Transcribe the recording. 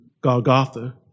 Golgotha